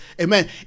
amen